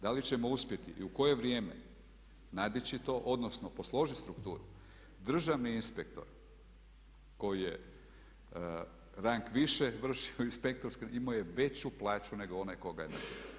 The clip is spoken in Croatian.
Da li ćemo uspjeti i u koje vrijeme nadići to odnosno posložiti strukturu, državni inspektor koji je rang više vršio inspektorske, imao je veću plaću nego onaj ko ga je nadzirao.